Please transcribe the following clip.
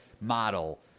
model